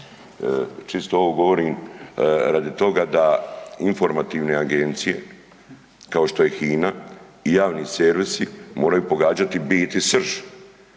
Čisto ovo govorim radi toga da informativne agencije kao što je HINA i javni servisi moraju pogađati bit i srž,